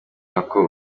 nako